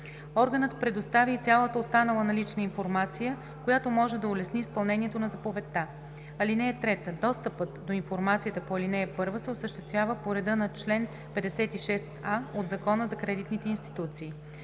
Органът предоставя и цялата останала налична информация, която може да улесни изпълнението на заповедта. (3) Достъпът до информацията по ал. 1 се осъществява по реда на чл. 56а от Закона за кредитните институции.